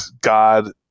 God